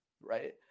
right